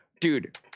dude